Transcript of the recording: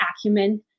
acumen